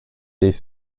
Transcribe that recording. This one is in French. des